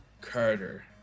Carter